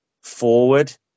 forward